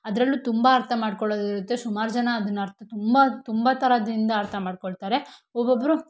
ಅದರಲ್ಲೂ ತುಂಬ ಅರ್ಥ ಮಾಡ್ಕೊಳ್ಳೋದಿರತ್ತೆ ಸುಮಾರು ಜನ ಅದನ್ನು ಅರ್ಥ ತುಂಬ ತುಂಬ ಥರದಿಂದ ಅರ್ಥ ಮಾಡಿಕೊಳ್ತಾರೆ ಒಬ್ಬೊಬ್ಬರು